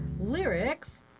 lyrics